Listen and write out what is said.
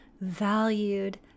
valued